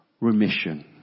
remission